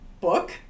book